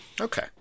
okay